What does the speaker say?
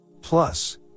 Plus